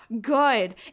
good